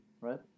right